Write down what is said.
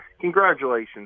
congratulations